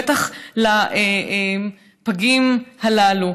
בטח לפגים הללו.